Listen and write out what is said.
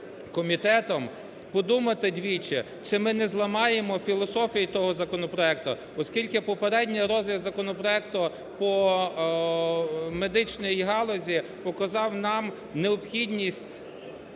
комітетом, подумати двічі, чи ми не зламаємо філософію того законопроект, оскільки попередній розгляд законопроекту по медичній галузі показав нам необхідність